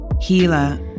healer